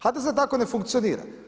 HDZ tako ne funkcionira.